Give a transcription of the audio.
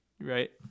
right